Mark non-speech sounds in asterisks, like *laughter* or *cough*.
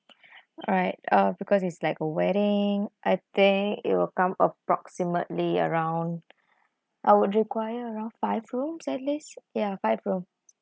*breath* alright uh because it's like a wedding I think it'll come approximately around I would require around five rooms at least ya five rooms